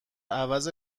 عوض